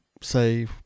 say